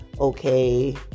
okay